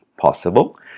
Possible